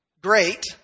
great